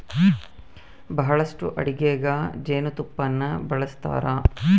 ಬಹಳಷ್ಟು ಅಡಿಗೆಗ ಜೇನುತುಪ್ಪನ್ನ ಬಳಸ್ತಾರ